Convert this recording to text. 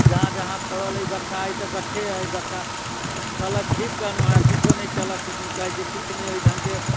जहाँ जहाँ पड़ल अछि गठ्ठा तऽ गठ्ठे अछि गठ्ठा कहलक ठीक केलहुॅं हेँ किछो नहि केलक किदन कहै छै जे किछु नहि अछि ढंगके